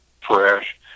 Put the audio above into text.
fresh